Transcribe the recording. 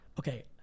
Okay